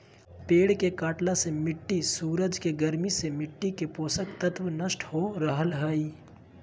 पेड़ के कटला से मिट्टी सूरज के गर्मी से मिट्टी के पोषक तत्व नष्ट हो रहल हई